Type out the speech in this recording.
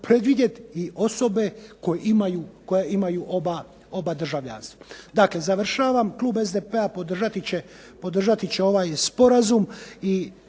predvidjeti i osobe koje imaju oba državljanstva. Dakle, završavam klub SDP-a podržati će ovaj sporazum.